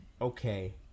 okay